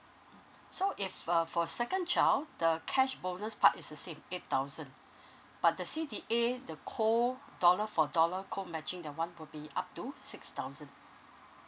so if uh for second child the cash bonus part is the same eight thousand but the C_D_A the co dollar for dollar co matching that [one] will be up to six thousand